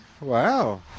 wow